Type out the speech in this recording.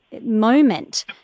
moment